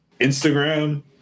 Instagram